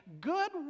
Good